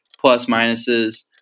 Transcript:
plus-minuses